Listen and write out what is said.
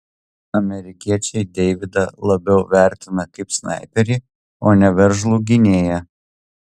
amerikiečiai deividą labiau vertina kaip snaiperį o ne veržlų gynėją